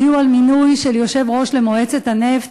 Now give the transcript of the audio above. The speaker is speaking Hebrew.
הודיעו על מינוי יושב-ראש למועצת הנפט.